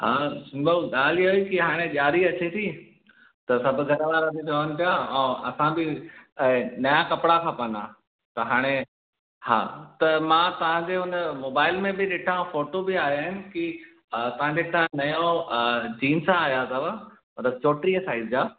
हा संजू भाउ ॻाल्हि हीअं आहे की हाणे ॾियारी अचे थी त सभु घर वारा चवनि पिया ऐं असां बि नया कपिड़ा खपनि हां त हाणे हा त मां तव्हांजे हुन मोबाइल में बि ॾिठा ऐं फोटू बि आया आहिनि कि तव्हांजे हितां नयो अ जींस आया अथव पर चोंटीह साइज़ जा